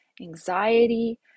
anxiety